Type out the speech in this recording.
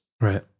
Right